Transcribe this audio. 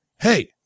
Hey